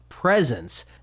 Presence